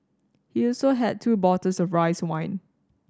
he also had two bottles of rice wine